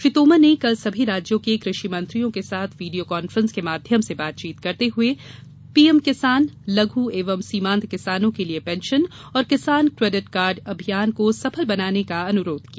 श्री तोमर ने कल सभी राज्यों के कृषि मंत्रियों के साथ वीडियो कांफ्रेंस के माध्यम से बातचीत करते हुए पीएम किसान लघु एवं सीमांत किसानों के लिए पेंशन और किसान क्रेडिट कार्ड अभियान को सफल बनाने का अनुरोध किया